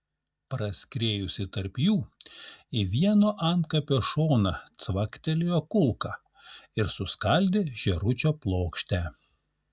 praskriejusi tarp jų į vieno antkapio šoną cvaktelėjo kulka ir suskaldė žėručio plokštę